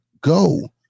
go